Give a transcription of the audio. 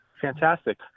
Fantastic